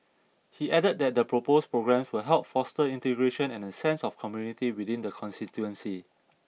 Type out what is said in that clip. he added that the proposed programmes will help foster integration and a sense of community within the constituency